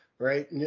right